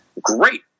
Great